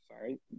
Sorry